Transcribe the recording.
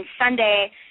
Sunday